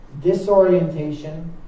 disorientation